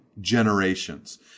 generations